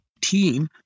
team